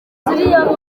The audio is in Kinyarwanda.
iriya